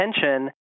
attention